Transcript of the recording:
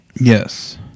Yes